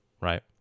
Right